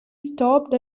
stopped